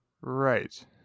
Right